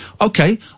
Okay